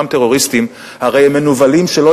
אנחנו יודעים שאותם טרוריסטים,